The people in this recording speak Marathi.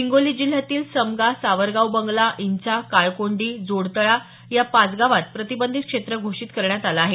हिंगोली जिल्ह्यातील समगा सावरगाव बंगला इंचा काळकोंडी जोडतळा या पाच गावात प्रतिबंधित क्षेत्र घोषित करण्यात आला आहे